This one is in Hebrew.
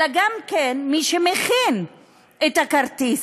אלא גם מי שמכין את הכרטיס,